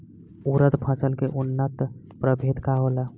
उरद फसल के उन्नत प्रभेद का होला?